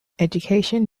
education